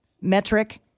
metric